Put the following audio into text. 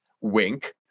Wink